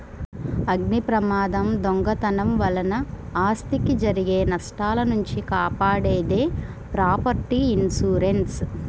అగ్నిప్రమాదం, దొంగతనం వలన ఆస్తికి జరిగే నష్టాల నుంచి కాపాడేది ప్రాపర్టీ ఇన్సూరెన్స్